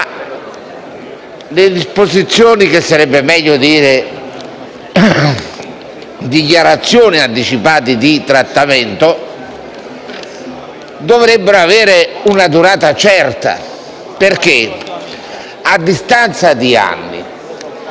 le disposizioni - che sarebbe meglio definire «dichiarazioni» - anticipate di trattamento dovrebbero avere una durata certa, perché a distanza di anni